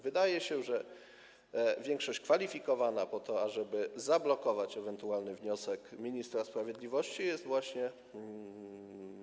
Wydaje się, że większość kwalifikowana po to, ażeby zablokować ewentualny wniosek ministra sprawiedliwości, jest właściwa.